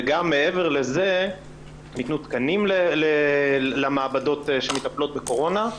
וגם מעבר לזה ניתנו תקנים למעבדות שמטפלות בקורונה.